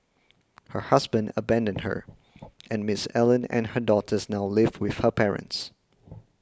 her husband abandoned her and Miss Allen and her daughters now live with her parents